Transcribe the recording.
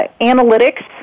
analytics